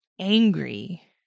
angry